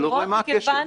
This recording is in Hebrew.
מה הקשר?